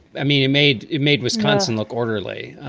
i mean, it made it made wisconsin look orderly.